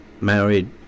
married